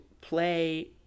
play